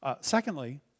Secondly